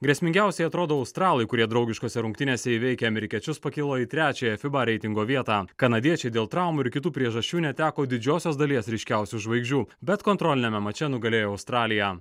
grėsmingiausiai atrodo australai kurie draugiškose rungtynėse įveikę amerikiečius pakilo į trečiąją fiba reitingo vietą kanadiečiai dėl traumų ir kitų priežasčių neteko didžiosios dalies ryškiausių žvaigždžių bet kontroliniame mače nugalėjo australiją